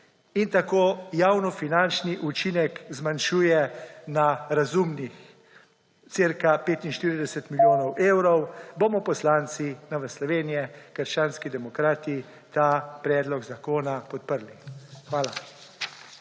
in tako javnofinančni učinek zmanjšuje na razumnih cirka 45 milijonov evrov, bomo poslanci Nove Slovenije – krščanskih demokratov ta predloga zakona podprli. Hvala.